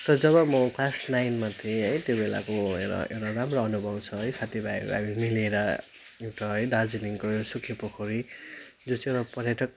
तर जब म क्लास नाइनमा थिएँ है त्यो बेलाको एउटा एउटा राम्रो अनुभव छ है साथीभाइहरू हामी मिलेर एउटा है दार्जिलिङको सुकेपोखरी जो चाहिँ एउटा पर्यटक